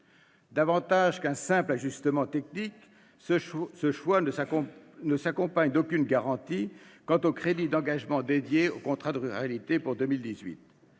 Davantage qu'un simple ajustement technique, ce choix ne s'accompagne d'aucune garantie quant aux crédits d'engagement dédiés aux contrats de ruralité pour 2018.